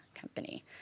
company